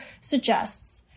suggests